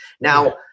now